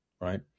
right